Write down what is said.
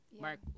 Mark